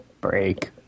break